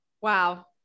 Wow